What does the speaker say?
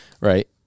right